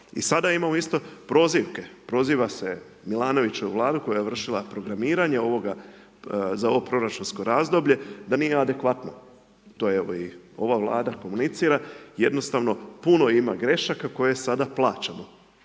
I sada imamo isto prozivke, proziva se Milanovićeva vlada koja je vršila programiranje ovoga, za ovo proračunsko razdoblje, da nije adekvatna. To je evo i ova vlada komunicira, jednostavno, puno ima grešaka koje sad plaćamo.